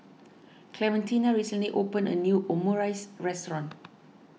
Clementina recently opened a new Omurice restaurant